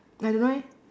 I don't know eh